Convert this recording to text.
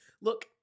look